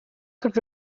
could